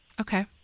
Okay